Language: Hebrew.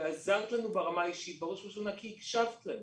עזרת לנו ברמה האישית בראש ובראשונה כי הקשבת לנו,